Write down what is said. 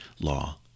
law